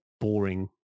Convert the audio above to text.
boring